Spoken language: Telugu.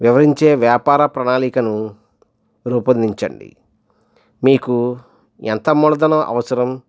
వివరించే వ్యాపార ప్రణాళికను రూపొందించండి మీకు ఎంత మూలధనం అవసరం